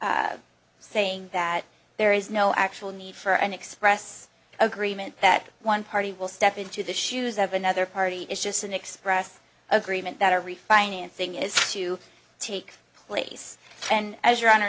for saying that there is no actual need for an express agreement that one party will step into the shoes of another party is just an express agreement that a refinancing is to take place and as your honor